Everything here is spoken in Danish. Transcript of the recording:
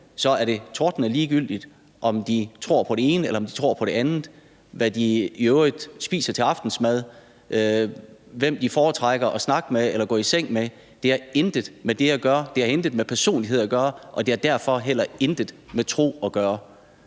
er det tordnende ligegyldigt, om de tror på det ene eller på det andet. Hvad de i øvrigt spiser til aftensmad, hvem de foretrækker at snakke med eller gå i seng med, har intet med det at gøre. Det har intet med personlighed at gøre, og det har derfor heller intet med tro at gøre.